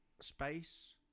space